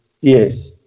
yes